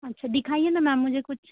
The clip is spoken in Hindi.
अच्छा दिखाइए ना मैम मुझे कुछ